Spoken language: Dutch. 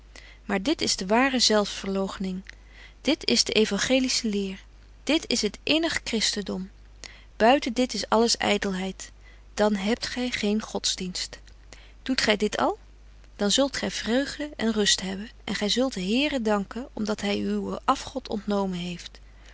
maar dit is de ware zelfsverlochening dit is de euangelische leer dit is het innig christendom buiten dit is alles ydelheid dan hebt gy geen godsdienst doet gy dit al dan zult gy vreugde en rust hebben en gy zult den here danken om dat hy u uwen afgod ontnomen heeft